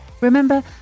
Remember